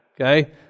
Okay